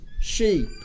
sheep